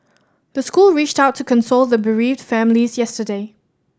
the school reached out to console the bereaved families yesterday